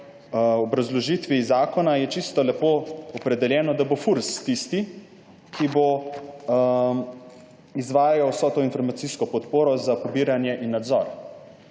obrazložitvi zakona je čisto lepo opredeljeno, da bo Furs tisti, ki bo izvajal vso to informacijsko podporo za pobiranje in nadzor.